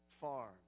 farm